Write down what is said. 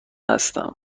هستم